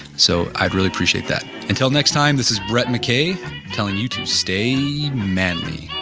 so, i'd really appreciate that. until next time, this is brett mckay telling you to stay manly